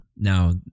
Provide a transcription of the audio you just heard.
Now